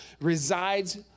resides